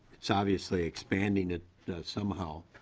so obviously expanding it somehow